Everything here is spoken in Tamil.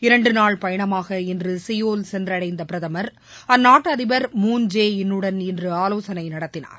இரண்டு நாள் பயணமாக இன்று சியோல் சென்றடைந்த பிரதமர் அந்நாட்டு அதிபர் மூன் ஜே இன் னுடன் இன்று ஆலோசனை நடத்தினார்